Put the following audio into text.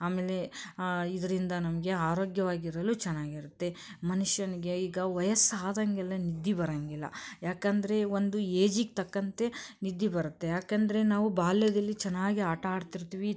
ಆಮೇಲೆ ಇದರಿಂದ ನಮಗೆ ಆರೋಗ್ಯವಾಗಿರಲು ಚೆನ್ನಾಗಿರುತ್ತೆ ಮನುಷ್ಯನ್ಗೆ ಈಗ ವಯಸ್ಸು ಆದಂಗೆಲ್ಲ ನಿದ್ದೆ ಬರೋಂಗಿಲ್ಲ ಏಕಂದ್ರೆ ಒಂದು ಏಜಿಗೆ ತಕ್ಕಂತೆ ನಿದ್ದೆ ಬರುತ್ತೆ ಏಕಂದ್ರೆ ನಾವು ಬಾಲ್ಯದಲ್ಲಿ ಚೆನ್ನಾಗಿ ಆಟ ಆಡ್ತಿರ್ತೀವಿ